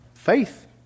faith